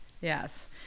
Yes